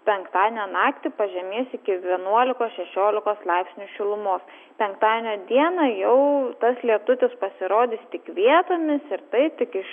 penktadienio naktį pažemės iki vienuolikos šešiolikos laipsnių šilumos penktadienio dieną jau tas lietutis pasirodys tik vietomis ir taip tik iš